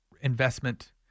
investment